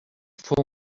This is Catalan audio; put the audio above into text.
fou